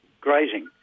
grazing